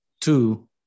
two